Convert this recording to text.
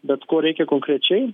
bet ko reikia konkrečiai